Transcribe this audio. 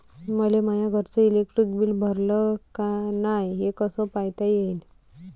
मले माया घरचं इलेक्ट्रिक बिल भरलं का नाय, हे कस पायता येईन?